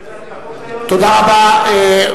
תודה רבה.